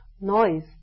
noise